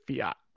fiat